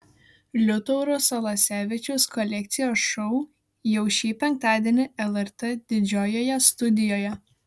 liutauro salasevičiaus kolekcija šou jau šį penktadienį lrt didžiojoje studijoje